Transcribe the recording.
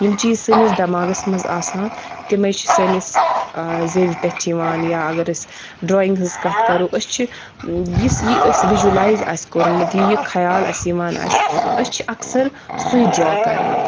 یِم چیٖز سٲنِس دؠماغَس منٛز آسان تِمَے چھِ سٲنِس زَیٚوِ پؠٹھ یِوان یا اگر أسۍ ڈرٛایِنٛگ ہٕنٛز کَتھ کَرو أسۍ چھِ یُس یہِ أسۍ وِجوَلایِز آسہِ کوٚرمُت یہِ خیال اَسہِ یِوان آسہِ أسۍ چھِ اَکثَر سُے ڈرٛا کَران